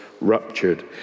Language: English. ruptured